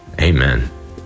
Amen